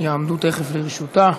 שיעמדו תכף לרשותה.